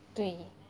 对